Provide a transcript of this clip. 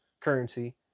currency